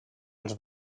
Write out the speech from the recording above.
els